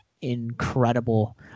incredible